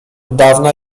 dawna